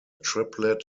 triplet